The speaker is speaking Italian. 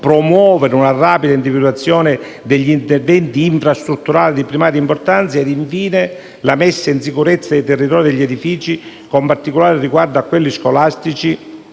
promuovere una rapida individuazione degli interventi infrastrutturali di primaria importanza; infine, la messa in sicurezza nei territori degli edifici, con particolare riguardo a quelli scolastici,